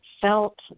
felt